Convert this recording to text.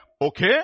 Okay